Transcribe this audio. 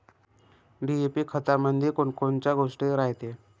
DAP खतामंदी कोनकोनच्या गोष्टी रायते?